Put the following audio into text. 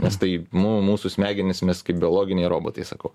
nes tai nu mūsų smegenys mes kaip biologiniai robotai sakau